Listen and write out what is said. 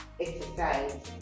exercise